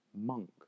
monk